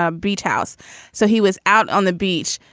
ah britos so he was out on the beach,